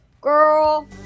girl